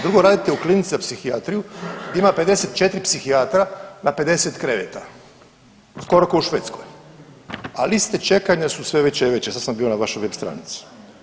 Drugo, radite u Klinici za psihijatriju ima 54 psihijatara na 50 kreveta, skoro ko u Švedskoj, a liste čekanja su sve veće i veće, sad sam bio na vašoj web stranici.